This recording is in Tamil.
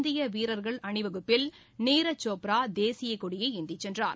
இந்திய வீரர்கள் அணிவகுப்பில் நீரஜ் சோப்ரா தேசியக்கொடியை ஏந்திச் சென்றார்